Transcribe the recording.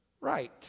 right